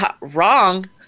wrong